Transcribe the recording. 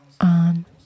on